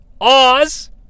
Oz